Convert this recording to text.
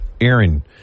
Aaron